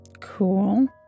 Cool